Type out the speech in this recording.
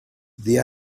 the